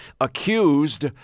accused